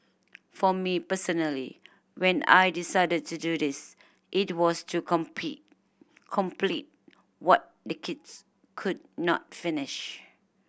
for me personally when I decided to do this it was to compete complete what the kids could not finish